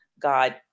God